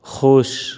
خوش